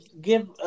give